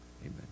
amen